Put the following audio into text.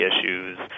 issues